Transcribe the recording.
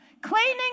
Cleaning